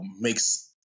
makes